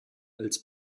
als